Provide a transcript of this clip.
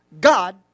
God